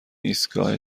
ایستگاه